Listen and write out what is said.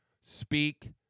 speak